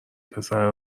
پسره